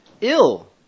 ill